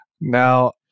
Now